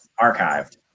archived